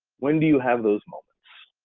when do you have those moments?